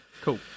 Cool